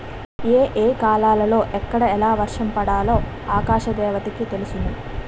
ఏ ఏ కాలాలలో ఎక్కడ ఎలా వర్షం పడాలో ఆకాశ దేవతకి తెలుసును